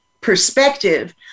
perspective